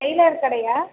tailor கடையா